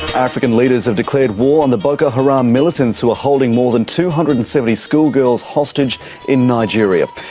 african leaders have declared war on the boko haram militants who are holding more than two hundred and seventy schoolgirls hostage in nigeria.